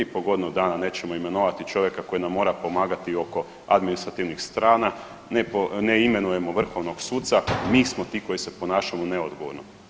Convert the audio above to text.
Mi po godinu dana nećemo imenovati čovjeka koji nam mora pomagati oko administrativnih strana, ne imenujemo vrhovnog suca, mi smo ti koji se ponašamo neodgovorno.